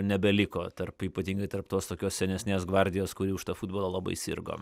nebeliko tarp ypatingai tarp tokios senesnės gvardijos kuri už tą futbolą labai sirgo